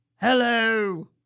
Hello